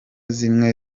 zimwe